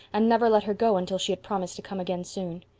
and never let her go until she had promised to come again soon.